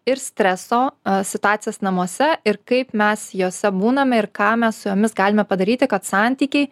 ir streso situacijas namuose ir kaip mes jose būname ir ką mes su jomis galime padaryti kad santykiai